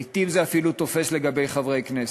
לעתים זה אפילו תופס לגבי חברי כנסת.